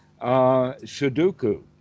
Sudoku